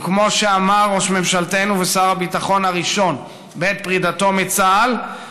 וכמו שאמר ראש ממשלתנו ושר הביטחון הראשון בעת פרידתו מצה"ל,